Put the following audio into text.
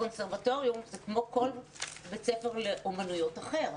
הקונסרבטוריון זה כמו כל בית ספר לאומנויות אחר,